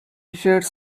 shares